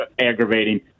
aggravating